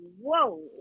whoa